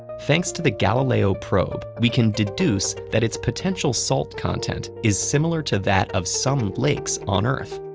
thanks to the galileo probe, we can deduce that its potential salt content is similar to that of some lakes on earth.